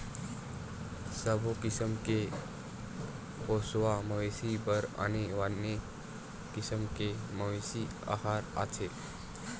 सबो किसम के पोसवा मवेशी बर आने आने किसम के मवेशी अहार आथे